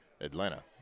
Atlanta